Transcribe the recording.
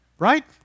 Right